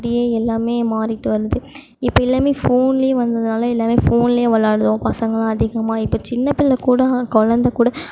அப்படியே எல்லாமே மாறிகிட்டு வருது இப்போது எல்லாமே ஃபோன்லே வந்ததால் எல்லாமே ஃபோன்லே வெளாடுவோம் பசங்கள்லாம் அதிகமாக இப்போது சின்ன பிள்ளை கூட குழந்த கூட